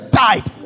died